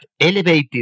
elevated